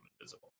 invisible